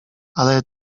ale